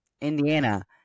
Indiana